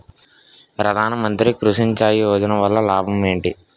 ప్రధాన మంత్రి కృషి సించాయి యోజన వల్ల లాభం ఏంటి?